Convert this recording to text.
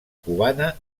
cubana